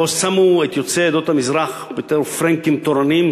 שמו את יוצאי עדות המזרח בתור "פרענקים" תורנים,